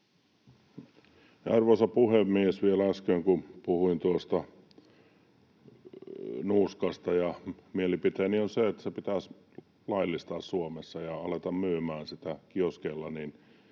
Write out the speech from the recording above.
Arvoisa puhemies! Vielä kun äsken puhuin nuuskasta ja mielipiteeni on, että se pitäisi laillistaa Suomessa ja alkaa myymään sitä kioskeilla,